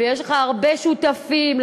ויש לך הרבה שותפים.